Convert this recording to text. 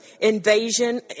invasion